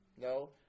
No